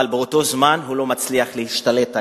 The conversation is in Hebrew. אבל באותו זמן הוא לא מצליח להשתלט עליהם,